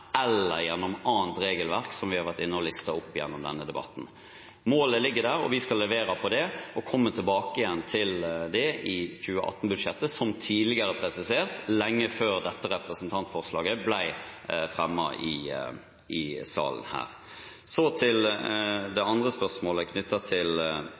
eller gjennom annet regelverk som vi har listet opp gjennom denne debatten. Målet ligger der, og vi skal levere på det og komme tilbake til det i 2018-budsjettet, som tidligere presisert, og lenge før dette representantforslaget ble fremmet her i salen. Så til det andre spørsmålet knyttet til